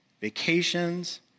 vacations